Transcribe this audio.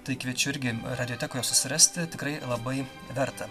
tai kviečiu irgi radiotekoje susirasti tikrai labai verta